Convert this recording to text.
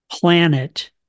planet